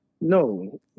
no